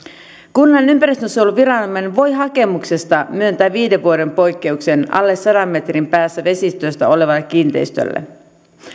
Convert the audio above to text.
kunnan ympäristösuojeluviranomainen voi hakemuksesta myöntää viiden vuoden poikkeuksen alle sadan metrin päässä vesistöstä olevalle kiinteistölle